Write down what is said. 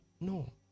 no